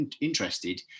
interested